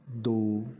ਦੋ